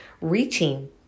reaching